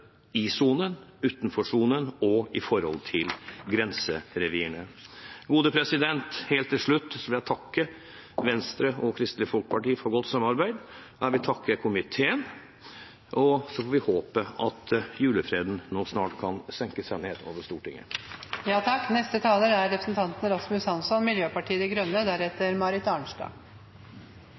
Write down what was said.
utenfor sonen og for grenserevirene – ble overført til de regionale rovviltnemndene. Helt til slutt vil jeg takke Venstre og Kristelig Folkeparti for godt samarbeid, jeg vil takke komiteen, og vi får håpe at julefreden nå snart senker seg over Stortinget.